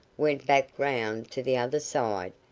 went back round to the other side,